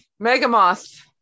megamoth